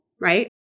right